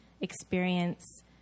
experience